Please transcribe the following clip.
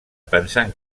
pensant